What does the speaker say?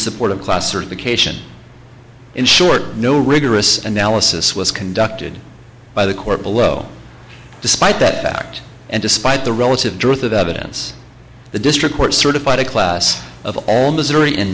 support of class certification in short no rigorous analysis was conducted by the court below despite that fact and despite the relative dearth of evidence the district court certified a class of all missouri